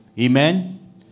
Amen